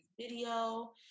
video